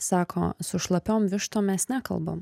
sako su šlapiom vištom mes nekalbam